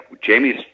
Jamie's